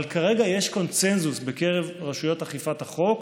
אבל כרגע יש קונסנזוס בקרב רשויות אכיפת החוק,